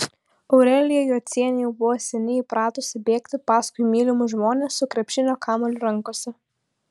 aurelija jocienė jau buvo seniai įpratusi bėgti paskui mylimus žmones su krepšinio kamuoliu rankose